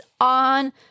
on